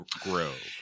Grove